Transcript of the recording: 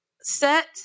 set